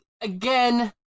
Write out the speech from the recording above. Again